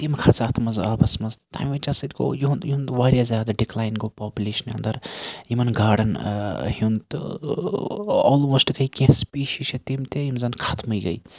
یِم کھَژٕ اتھ مَنٛز آبَس مَنٛز تمہِ وَجہ سۭتۍ گوٚو یِہُنٛد یِہُنٛد واریاہ زیادٕ ڈِکلاین گوٚو پوٚپُلیشنہِ اَندَر یِمَن گاڈن ہُنٛد تہٕ آلموسٹ گٔے کینٛہہ سپیٖشیٖز چھِ تِم تہِ یِم زَن خَتمٕے گٔے